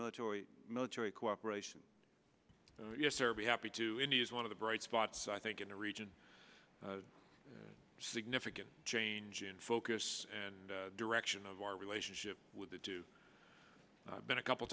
military military cooperation yes or be happy to india is one of the bright spots i think in the region a significant change in focus and direction of our relationship with the do been a couple